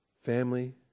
family